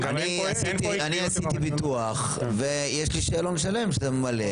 אני עשיתי ביטוח ויש לי שאלון שלם שאתה ממלא,